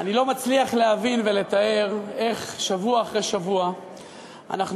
אני לא מצליח להבין ולתאר איך שבוע אחרי שבוע אנחנו